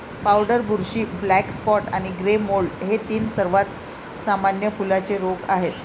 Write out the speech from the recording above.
powder बुरशी, black spot आणि grey mould हे तीन सर्वात सामान्य फुलांचे रोग आहेत